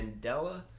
Mandela